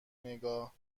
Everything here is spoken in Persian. نگاه